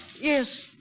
Yes